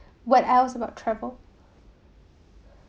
what else about travel